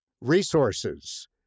Resources